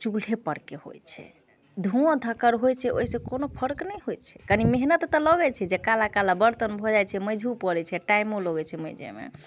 चूल्हेपर के होइत छै धुँओ धक्कर होइ छै ओहिसँ कोनो फर्क नहि होइत छै कनी मेहनत तऽ लगै छै जे काला काला बर्तन भऽ जाइ छै माँजहो पड़ैत छै टाइमो लगैत छै मँजैमे